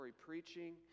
preaching